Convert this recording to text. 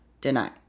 deny